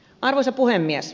arvoisa puhemies